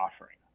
offering